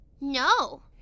No